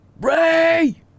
Ray